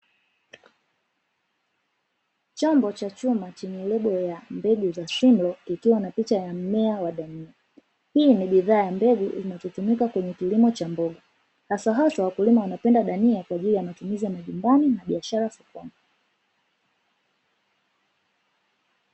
Chombo cha chuma chenye lebo ya mbegu za "Simlaw" kikiwa na picha ya mmea wa bamia. Hii ni bidhaa ya mbegu zinazotumika kwa kilimo cha mboga, haswahaswa wakulima wanapenda bamia kwa ajili ya matumizi ya nyumbani na biashara sokoni.